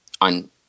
on